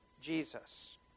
Jesus